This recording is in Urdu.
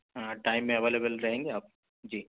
ہاں ٹائم میں اویلیبل رہیں گے آپ جی